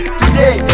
today